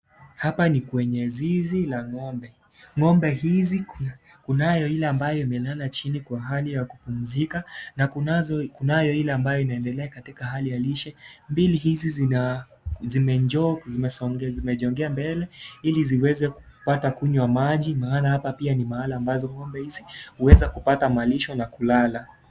Hapa ni kwenye zizi la ng'ombe. Ng'ombe hizi, kunayo ile ambayo imelala chini kwa hali ya kupumzika na kunazo, kunayo ile ambayo inaendelea katika hali ya lishe. Mbili hizi zina zime zime njok ,zimesongea, zimejongea mbele ili ziweze kupata kunywa maji maana hapa pia ni mahala ambazo ng'ombe hizi huweza kupata malisho na kulala.